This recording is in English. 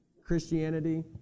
Christianity